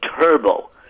Turbo